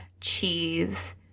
cheese